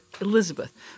Elizabeth